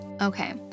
Okay